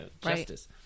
justice